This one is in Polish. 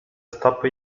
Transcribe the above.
stopy